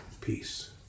peace